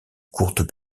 courtes